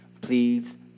please